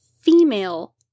female